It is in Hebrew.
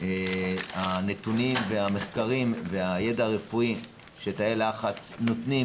הנתונים והמחקרים והידע הרפואי שתאי לחץ נותנים